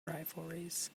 rivalries